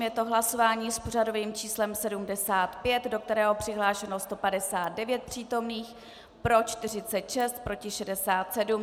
Je to hlasování s pořadovým číslem 75, do kterého je přihlášeno 159 přítomných, pro 46, proti 67.